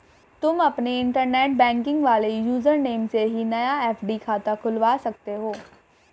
तुम अपने internet banking वाले यूज़र नेम से ही नया एफ.डी खाता खुलवा सकते हो